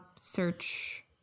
search